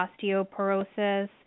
osteoporosis